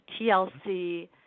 TLC